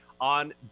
on